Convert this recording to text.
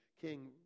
king